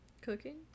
cooking